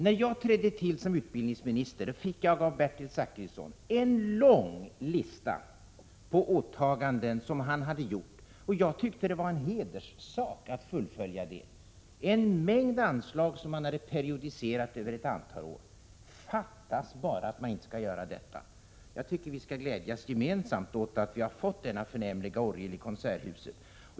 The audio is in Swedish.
När jag trädde till som utbildningsminister fick jag av Bertil Zachrisson en lång lista på åtaganden som han hade gjort och en mängd anslag som han hade periodiserat över ett antal år. Jag tyckte att det var en hederssak att fullfölja dem — fattas bara att man inte skulle göra det! Låt oss gemensamt glädjas åt denna förnämliga orgel i Konserthuset!